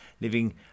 living